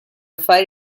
fare